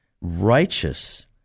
righteous